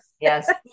Yes